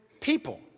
people